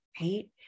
Right